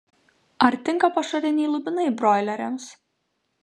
ar tinka pašariniai lubinai broileriams